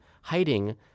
hiding